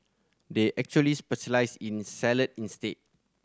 they actually specialise in salad instead